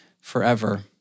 forever